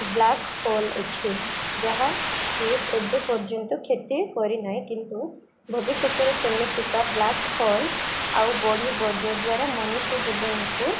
black hole ଅଛି ଯାହାକି ଏବେ ପର୍ଯ୍ୟନ୍ତ କ୍ଷତି କରିନାହିଁ କିନ୍ତୁ ଭବିଷ୍ୟତରେ ସେମିତିକା ବ୍ଲାକ୍ ହୋଲ୍ ଆଉ ବଢ଼ିବ ଯଦ୍ୱାରା ମଣିଷ୍ୟ ଜୀବନକୁ